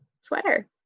sweater